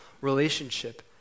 relationship